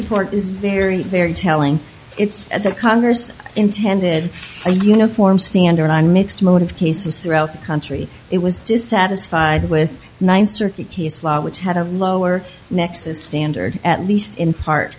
report is very very telling it's the congress intended a uniform standard on mixed motive cases throughout the country it was dissatisfied with ninth circuit case law which had a lower nexus standard at least in part